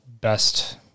best